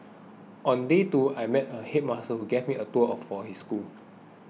on day two I met a headmaster who gave me a tour of his school